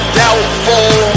doubtful